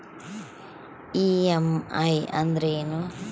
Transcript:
EMI ಅಂದ್ರೇನು?